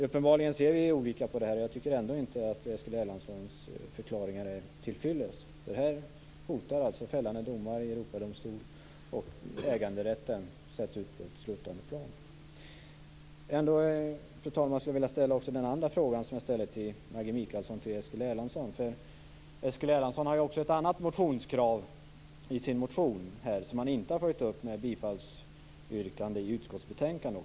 Uppenbarligen ser vi olika på det här. Jag tycker inte att Eskil Erlandssons förklaringar är tillfyllest. Här hotar fällande domar i Europadomstolen, och äganderätten sätts ut på ett sluttande plan. Fru talman! Jag vill ställa den andra frågan som jag ställde till Maggi Mikaelsson också till Eskil Erlandsson. Han har också ett annat motionskrav i sin motion, som han inte har följt upp med bifallsyrkande i utskottsbetänkandet.